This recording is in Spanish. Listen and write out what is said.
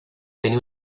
tenía